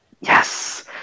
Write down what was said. Yes